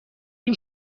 این